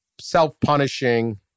self-punishing